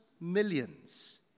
millions